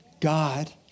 God